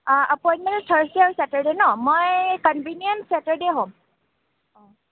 appointment Thursday Saturday ন মই convenient Saturday হ'ম অঁ